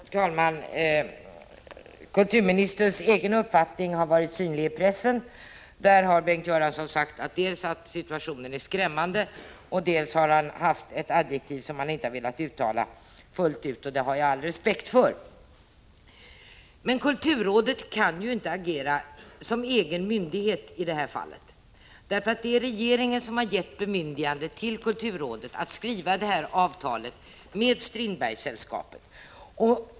Herr talman! Kulturministerns egen uppfattning har varit synlig i pressen. Där har Bengt Göransson sagt att situationen är skrämmande och att den kan beskrivas med ett adjektiv som han inte ens velat uttala. Det har jag all respekt för. Men kulturrådet kan inte agera som egen myndighet i detta fall. Det är regeringen som gett kulturrådet bemyndigande att skriva avtal med Strindbergssällskapet.